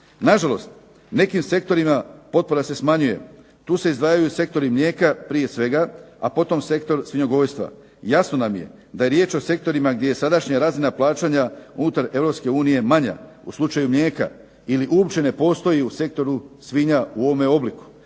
Nažalost, nekim sektorima potpora se smanjuje. Tu se izdvajaju sektori mlijeka prije svega, a potom sektor svinjogojstva. Jasno nam je da je riječ o sektorima gdje je sadašnja razina plaćanja unutar Europske unije manja u slučaju mlijeka ili uopće ne postoji u sektoru svinja u ovome obliku.